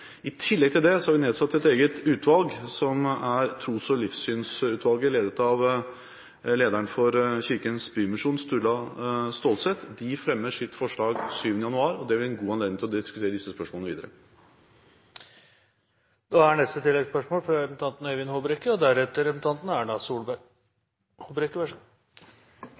I tillegg til det har vi nedsatt et eget utvalg, Tros- og livssynsutvalget, ledet at lederen for Kirkens Bymisjon, Sturla Stålsett. Utvalget fremmer sitt forslag 7. januar, og det vil gi en god anledning til å diskutere disse spørsmålene videre. Øyvind Håbrekke – til oppfølgingsspørsmål. Jeg vil takke statsministeren for svarene. Jeg er glad for at statsministeren så